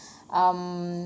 um